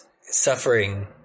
suffering